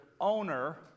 owner